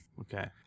Okay